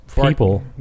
people